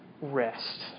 rest